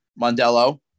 mondello